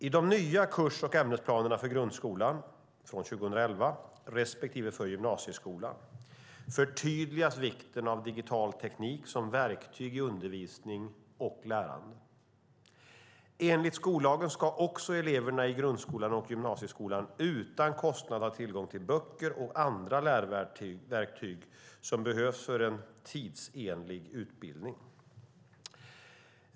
I de nya kurs och ämnesplanerna för grundskolan från 2011 respektive för gymnasieskolan förtydligas vikten av digital teknik som verktyg i undervisning och lärande. Enligt skollagen ska också eleverna i grundskolan och gymnasieskolan utan kostnad ha tillgång till böcker och andra lärverktyg som behövs för en tidsenlig utbildning.